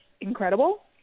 incredible